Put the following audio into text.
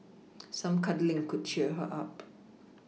some cuddling could cheer her up